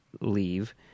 leave